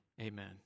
Amen